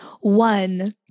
one